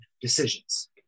decisions